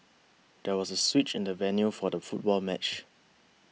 there was a switch in the venue for the football match